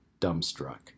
dumbstruck